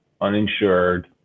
uninsured